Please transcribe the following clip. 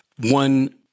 one